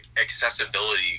accessibility